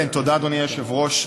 תודה, אדוני היושב-ראש.